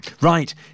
Right